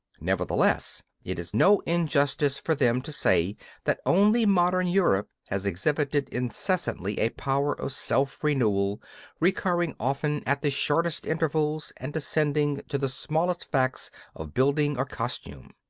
nevertheless it is no injustice for them to say that only modern europe has exhibited incessantly a power of self-renewal recurring often at the shortest intervals and descending to the smallest facts of building or costume.